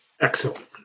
Excellent